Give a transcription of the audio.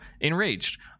enraged